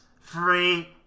free